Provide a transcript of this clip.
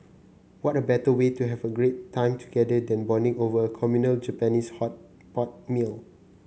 what a better way to have great time together than bonding over a communal Japanese hot pot meal